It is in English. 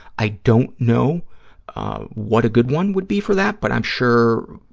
i don't know what a good one would be for that, but i'm sure